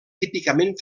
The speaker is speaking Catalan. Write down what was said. típicament